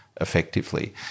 effectively